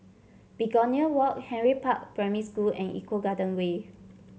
Begonia Walk Henry Park Primary School and Eco Garden Way